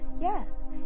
Yes